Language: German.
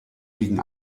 gegen